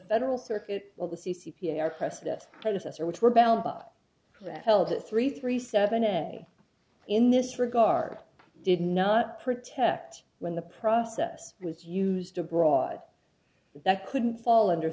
federal circuit well the c c p are precedents predecessor which were bound up that held three three seven day in this regard did not protect when the process was used abroad that couldn't fall under